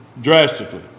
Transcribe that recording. Drastically